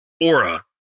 aura